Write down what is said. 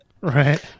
right